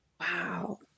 wow